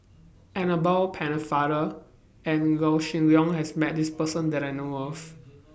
Annabel Pennefather and Yaw Shin Leong has Met This Person that I know of